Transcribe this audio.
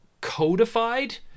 codified